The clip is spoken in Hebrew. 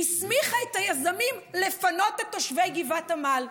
הסמיכה את היזמים לפנות את תושבי גבעת עמל.